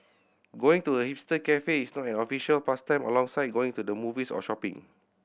going to a hipster cafe is now an official pastime alongside going to the movies or shopping